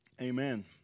Amen